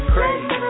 Crazy